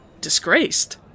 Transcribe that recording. Disgraced